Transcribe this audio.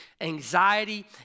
anxiety